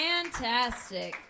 Fantastic